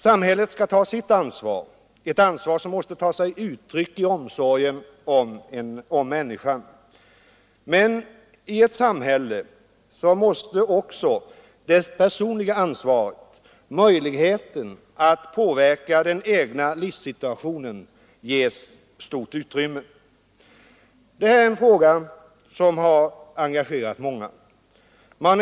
Samhället skall bära sitt ansvar — ett ansvar som måste ta sig uttryck i omsorgen om människan. Men i ett samhälle måste också det personliga ansvaret och möjligheterna att påverka den egna livssituationen ges stort utrymme. Det här är en fråga som engagerat många.